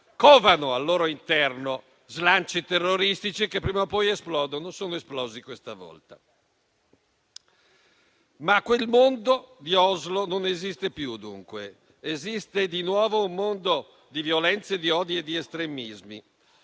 covano al loro interno slanci terroristici che prima o poi esplodono. E questa volta sono esplosi. Quel mondo di Oslo non esiste più, dunque: esiste di nuovo un mondo di violenze, di odi e di estremismi;